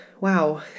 Wow